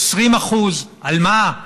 20%. על מה?